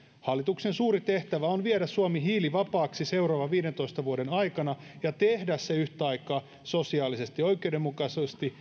hallituksen suuri tehtävä on viedä suomi hiilivapaaksi seuraavan viidentoista vuoden aikana ja tehdä se yhtä aikaa sosiaalisesti oikeudenmukaisesti